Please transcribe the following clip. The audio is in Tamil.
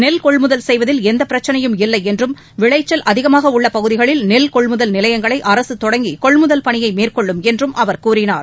நெல் கொள்முதல் செய்வதில் எந்தப் பிரச்சினையும் இல்லை என்றும் விளைச்சல் அதிகமாக உள்ள பகுதிகளில் நெல் கொள்முதல் நிலையங்களை அரசு தொடங்கி கொள்முதல் பணியை மேற்கொள்ளும் என்றும் அவர் கூறினார்